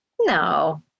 No